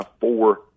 four